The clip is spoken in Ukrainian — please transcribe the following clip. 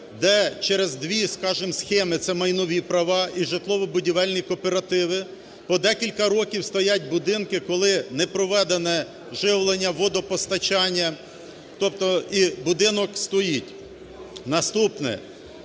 де через дві, скажемо, схеми, це майнові права і житлово-будівельні кооперативи, по декілька років стоять будинки, коли не проведене живлення, водопостачання, тобто будинок стоїть. Наступне.